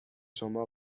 شما